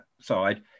side